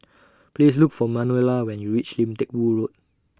Please Look For Manuela when YOU REACH Lim Teck Boo Road